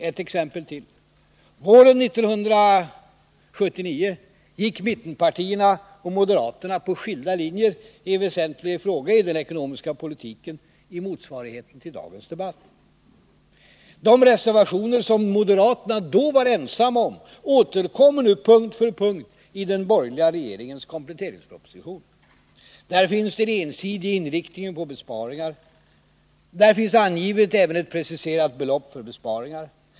Ett exempel till: Våren 1979 gick mittenpartierna och moderaterna på skilda linjer i en väsentlig fråga i den ekonomiska politiken i motsvarigheten till dagens debatt. De reservationer som moderaterna då var ensamma om återkommer nu punkt för punkt i den borgerliga regeringens kompletteringsproposition. Där finns den ensidiga inriktningen på besparingar. Där finns angivet även ett preciserat belopp för besparingar.